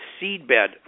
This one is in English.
seedbed